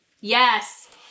Yes